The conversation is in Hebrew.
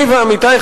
אני ועמיתי,